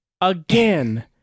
Again